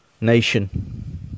nation